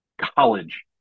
college